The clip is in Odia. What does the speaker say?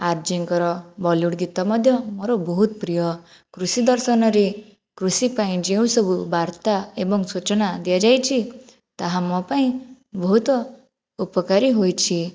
ଆର୍ଯ୍ୟଙ୍କର ବଲିଉଡ଼୍ ଗୀତ ମଧ୍ୟ ମୋର ବହୁତ୍ ପ୍ରିୟ କୃଷି ଦର୍ଶନରେ କୃଷି ପାଇଁ ଯେଉଁସବୁ ବାର୍ତ୍ତା ଏବଂ ସୂଚନା ଦିଆଯାଇଛି ତାହା ମୋପାଇଁ ବହୁତ୍ ଉପକାରୀ ହୋଇଛି